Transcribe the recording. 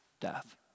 death